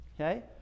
Okay